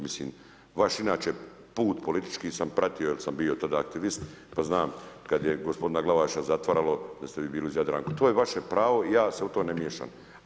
Mislim vaš inače put politički sam pratio jer sam bio tada aktivist pa znam kad je gospodina Glavaša zatvaralo da ste vi bili uz Jadranku, to je vaše pravo i ja se u to ne miješam.